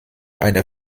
einer